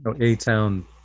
A-Town